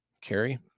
Carrie